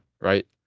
right